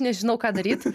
nežinau ką daryt